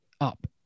up